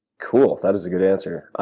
cool, that is a good answer. ah